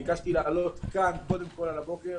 ביקשתי לעלות כאן קודם כל על הבוקר,